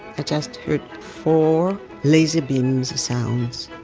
i just heard four laser beams of sounds.